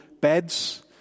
beds